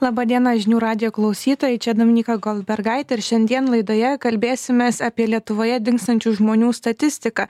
laba diena žinių radijo klausytojai čia dominyka goldbergaitė ir šiandien laidoje kalbėsimės apie lietuvoje dingstančių žmonių statistiką